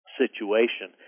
situation